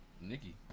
Nikki